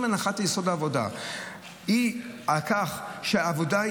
אם הנחת היסוד בעבודה היא על כך שהעבודה,